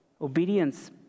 Obedience